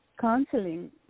counseling